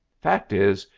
fact is,